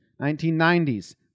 1990s